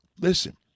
listen